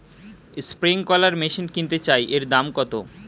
Sprinkler machine কিনতে চাই এর দাম কত?